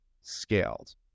scaled